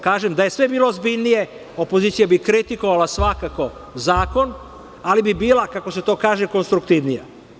Kažem, da je sve bilo ozbiljnije, opozicija bi kritikovala svakako zakon, ali bi bila, kako se to kaže, konstruktivnija.